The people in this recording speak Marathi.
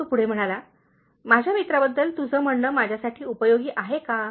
तो पुढे म्हणाला माझ्या मित्राबद्दल तुझे म्हणणे माझ्यासाठी उपयोगी आहे काय